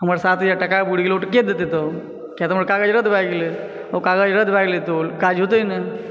हमर सात हज़ार टका बुरि गेल तऽ ओ के देतै तऽ किया तऽ हमर काग़ज़ रद्द भए गेलै ओ काग़ज़ रद्द भए गेलै ओ काज होते नहि